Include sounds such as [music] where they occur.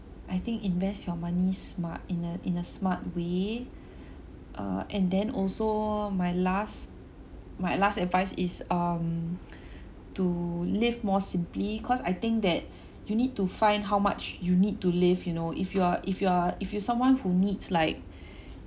I think invest your money smart in a in a smart way uh and then also my last my last advice is um to live more simply cause I think that you need to find how much you need to live you know if you are if you are if you're someone who needs like [breath]